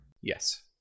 yes